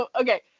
okay